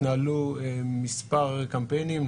התנהלו מספר קמפיינים,